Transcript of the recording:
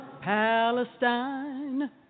Palestine